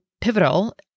pivotal